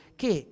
che